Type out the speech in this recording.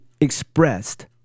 expressed